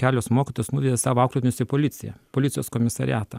kelios mokytojos nuvedė savo auklėtinius į policiją policijos komisariatą